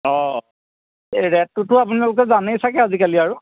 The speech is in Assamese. অঁ এই ৰেটটোতো আপোনালোকে জানেই চাগে আজিকালি আৰু